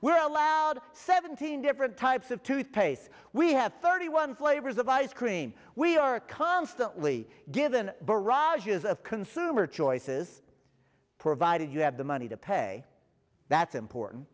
we're allowed seventeen different types of toothpaste we have thirty one flavors of ice cream we are constantly given barrages of consumer choices provided you have the money to pay that's important